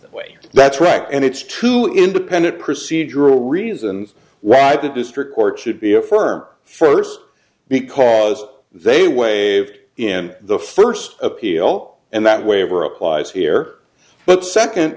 that way that's right and it's two independent procedural reasons why the district court should be affirmed first because they waived in the first appeal and that waiver applies here but s